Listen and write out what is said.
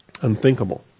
unthinkable